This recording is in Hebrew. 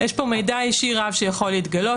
יש פה מידע אישי רב שיכול להתגלות.